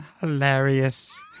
hilarious